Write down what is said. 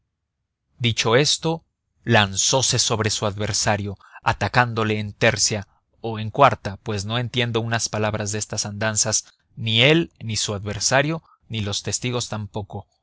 dicho esto lanzose sobre su adversario atacándole en tercia o en cuarta pues no entiendo una palabra de estas andanzas ni él ni su adversario ni los testigos tampoco